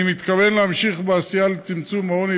אני מתכוון להמשיך בעשייה לצמצום העוני